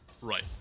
Right